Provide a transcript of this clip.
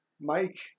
Mike